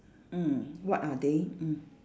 mm what are they mm